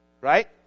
right